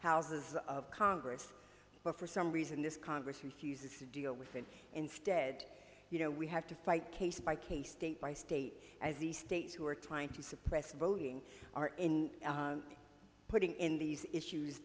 houses of congress but for some reason this congress refuses to deal with and instead you know we have to fight case by case state by state as the states who are trying to suppress voting are in putting in these issues